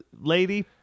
lady